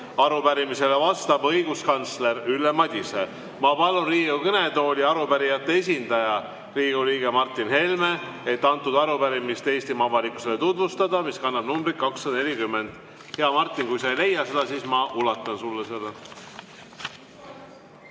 Arupärimisele vastab õiguskantsler Ülle Madise. Ma palun Riigikogu kõnetooli arupärijate esindaja, Riigikogu liikme Martin Helme, et tutvustada Eestimaa avalikkusele arupärimist, mis kannab numbrit 240. Hea Martin, kui sa ei leia seda, siis ma ulatan sulle selle.